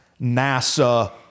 NASA